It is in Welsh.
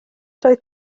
doedd